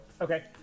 Okay